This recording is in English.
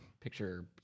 Picture